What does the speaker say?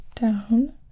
down